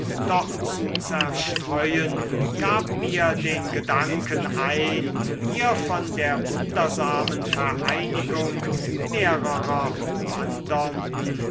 doch zu zerstreuen gab mir den gedanken ein ihr von der wundersamen vereinigung mehrerer wandernden